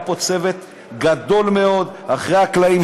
היה פה צוות גדול מאוד מאחורי הקלעים,